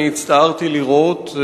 אני הצטערתי לראות,